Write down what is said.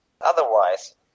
otherwise